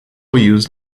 used